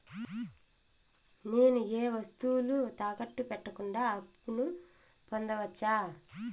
నేను ఏ వస్తువులు తాకట్టు పెట్టకుండా అప్పును పొందవచ్చా?